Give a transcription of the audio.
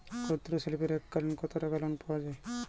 ক্ষুদ্রশিল্পের এককালিন কতটাকা লোন পাওয়া য়ায়?